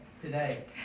today